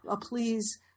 please